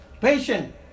patient